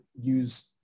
use